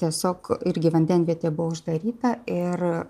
tiesiog irgi vandenvietė buvo uždaryta ir